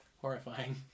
Horrifying